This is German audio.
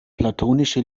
platonische